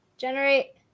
Generate